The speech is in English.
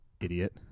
Idiot